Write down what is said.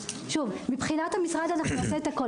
מבחינת המשרד נעשה הכול.